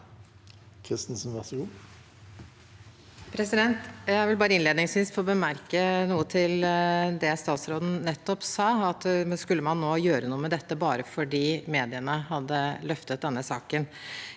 Kristensen (H) Jeg vil bare innled- ningsvis få bemerke noe til det statsråden nettopp sa: Skulle man nå gjøre noe med dette bare fordi mediene hadde løftet denne saken?